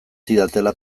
zidatela